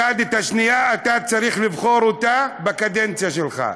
הקאדית השנייה, אתה צריך לבחור אותה בקדנציה שלך.